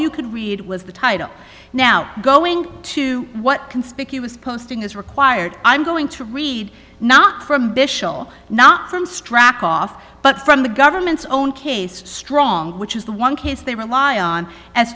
you could read was the title now going to what conspicuous posting is required i'm going to read not from bishop not from stracke off but from the government's own case strong which is the one case they rely on as